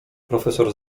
profesor